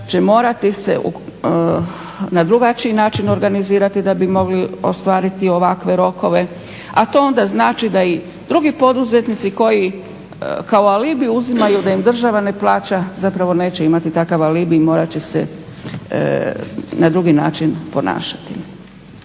će morati se na drugačiji način organizirati da bi mogli ostvariti ovakve rokove. A to ona znači da i drugi poduzetnici koji kao alibi uzimaju, da im država ne plaća zapravo neće imati takav alibi i morat će se na drugi način ponašati.